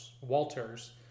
Walters